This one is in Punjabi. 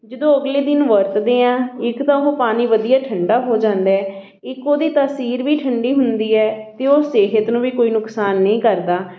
ਜਦੋਂ ਅਗਲੇ ਦਿਨ ਵਰਤਦੇ ਹਾਂ ਇੱਕ ਤਾਂ ਉਹ ਪਾਣੀ ਵਧੀਆ ਠੰਡਾ ਹੋ ਜਾਂਦਾ ਇੱਕ ਉਹਦੀ ਤਾਸੀਰ ਵੀ ਠੰਡੀ ਹੁੰਦੀ ਹੈ ਅਤੇ ਉਹ ਸਿਹਤ ਨੂੰ ਵੀ ਕੋਈ ਨੁਕਸਾਨ ਨਹੀਂ ਕਰਦਾ